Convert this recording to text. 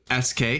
SK